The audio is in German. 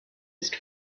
ist